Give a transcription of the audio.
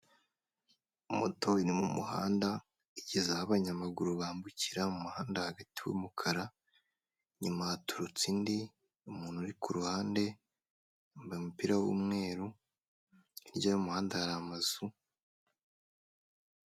Moto iri mu muhanda igeze aho abanyamaguru bambukira, mu muhanda hagati w'umukara inyuma haturutse indi, umuntu uri kuruhande wambaye umupira w'umweru hirya y'umuhanda hari amazu.